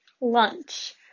lunch